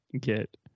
get